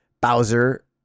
Bowser